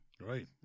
Right